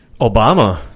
Obama